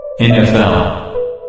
NFL